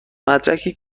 مدرکی